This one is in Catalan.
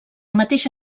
mateixa